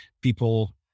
People